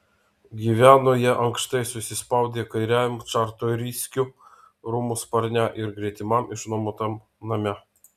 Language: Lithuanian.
gyveno jie ankštai susispaudę kairiajam čartoriskių rūmų sparne ir gretimam išnuomotam name